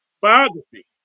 biography